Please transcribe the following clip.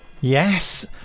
Yes